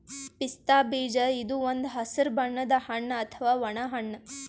ಪಿಸ್ತಾ ಬೀಜ ಇದು ಒಂದ್ ಹಸ್ರ್ ಬಣ್ಣದ್ ಹಣ್ಣ್ ಅಥವಾ ಒಣ ಹಣ್ಣ್